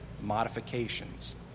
modifications